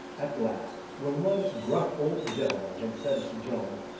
at last, when one gruff old gentleman had said to joan,